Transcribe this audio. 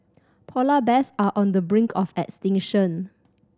polar bears are on the brink of extinction